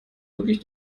wirklich